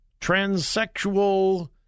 transsexual